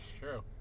true